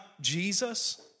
Jesus